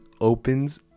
opens